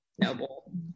noble